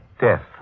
death